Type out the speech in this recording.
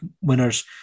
winners